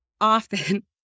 often